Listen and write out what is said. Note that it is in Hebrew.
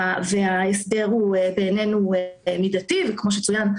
וההסדר, בעינינו, הוא מידתי, וכמו שצוין,